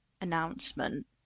Announcement